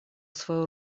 свою